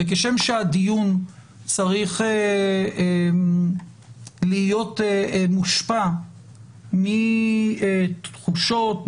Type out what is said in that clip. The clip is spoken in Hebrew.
וכשם שהדיון צריך להיות מושפע מתחושות,